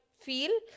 feel